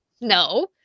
No